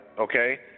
okay